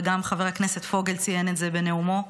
וגם חבר הכנסת פוגל ציין את זה בנאומו.